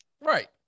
Right